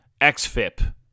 XFIP